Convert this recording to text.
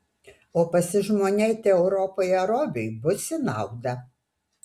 o pasižmonėti europoje robiui bus į naudą